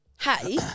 Hey